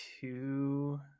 two